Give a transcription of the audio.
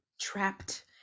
trapped